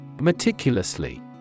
Meticulously